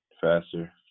faster